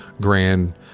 grand